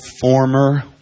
former